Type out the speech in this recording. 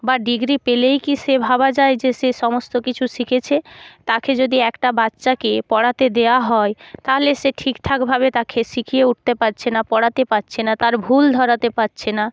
বা ডিগ্রি পেলেই কি সে ভাবা যায় যে সে সমস্ত কিছু শিখেছে তাকে যদি একটা বাচ্চাকে পড়াতে দেওয়া হয় তাহলে সে ঠিকঠাকভাবে তাকে শিখিয়ে উঠতে পারছে না পড়াতে পারছে না তার ভুল ধরাতে পারছে না